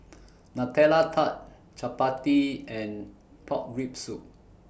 Nutella Tart Chappati and Pork Rib Soup